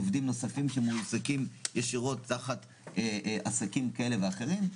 עובדים נוספים שמועסקים ישירות תחת עסקים כאלה ואחרים.